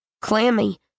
clammy